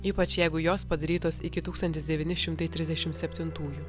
ypač jeigu jos padarytos iki tūkstantis devyni šimtai trisdešim septintųjų